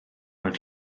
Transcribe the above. mewn